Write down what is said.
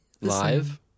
live